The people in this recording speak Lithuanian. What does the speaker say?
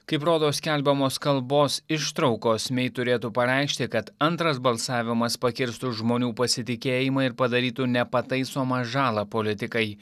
kaip rodo skelbiamos kalbos ištraukos mei turėtų pareikšti kad antras balsavimas pakirstų žmonių pasitikėjimą ir padarytų nepataisomą žalą politikai